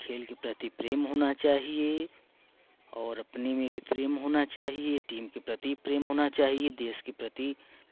खेल के प्रति प्रेम होना चाहिए और अपनी में भी प्रेम होना चाहिए टीम के प्रति प्रेम होना चाहिए देश के प्रति